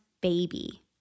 baby